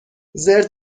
زرت